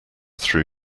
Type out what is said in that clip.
threw